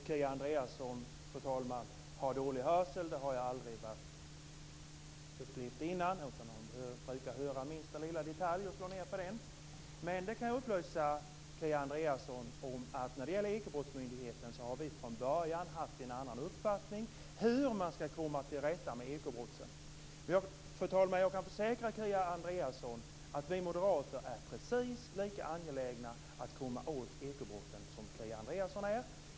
Fru talman! Jag vill inte påstå att Kia Andreasson har dålig hörsel. Det har jag aldrig upplevt förut, utan hon brukar höra minsta lilla detalj och slå ned på den. Men jag kan upplysa Kia Andreasson om att när det gäller Ekobrottsmyndigheten har vi från början haft en annan uppfattning om hur man skall komma till rätta med ekobrotten. Fru talman! Jag kan försäkra Kia Andreasson om att vi moderater är precis lika angelägna att komma åt ekobrotten som Kia Andreasson är.